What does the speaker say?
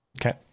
Okay